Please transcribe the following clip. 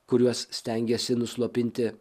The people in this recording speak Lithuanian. kuriuos stengiasi nuslopinti